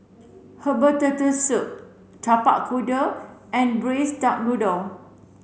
herbal turtle soup Tapak Kuda and braised duck noodle